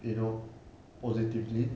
you know positively